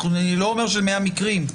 לא אומר 100 מקרים.